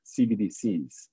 CBDCs